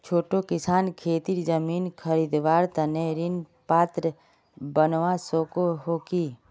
छोटो किसान खेतीर जमीन खरीदवार तने ऋण पात्र बनवा सको हो कि?